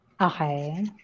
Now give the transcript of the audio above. Okay